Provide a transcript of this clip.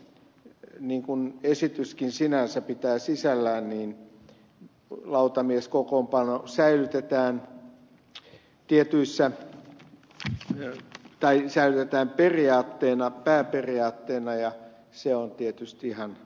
muuten niin kuin esityskin sinänsä pitää sisällään lautamieskokoonpano säilytetään tietyissä vyö tai isältään periaatteena pääperiaatteena ja se on tietysti ihan oikein